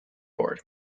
board